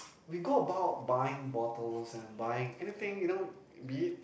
we go about buying bottles and buying anything you know be it